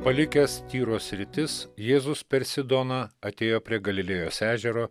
palikęs tyros sritis jėzus per sidoną atėjo prie galilėjos ežero